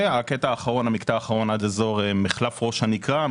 המקטע האחרון עד אזור מחלף ראש הנקרה,